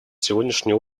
сегодняшние